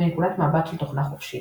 מנקודת מבט של תוכנה חופשית,